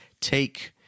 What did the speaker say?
take